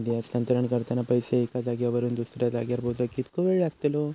निधी हस्तांतरण करताना पैसे एक्या जाग्यावरून दुसऱ्या जाग्यार पोचाक कितको वेळ लागतलो?